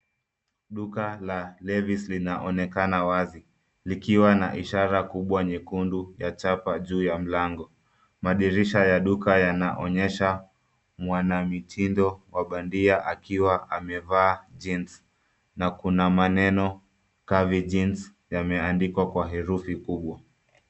Duka la levis linaonekana wazi. Likiwa na ishara kubwa nyekundu ya chapa juu ya mlango. Madirisha ya duka yanaonyesha mwanamitindo wa bandia akiwa amevaa jeans .Na kuna maneno curvy jeans yameandikwa kwa herufi kubwa.